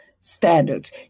standards